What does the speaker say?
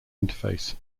interface